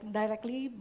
directly